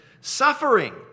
suffering